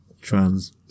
Trans